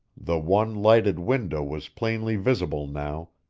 the one lighted window was plainly visible now,